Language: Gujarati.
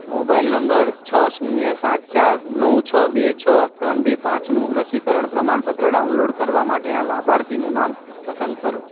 મોબાઈલ નંબર છ શૂન્ય સાત ચાર નવ છ બે છ ત્રણ બે પાંચનું રસીકરણ પ્રમાણપત્ર ડાઉનલોડ કરવા માટેના લાભાર્થીનું નામ પસંદ કરો